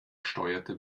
steuerte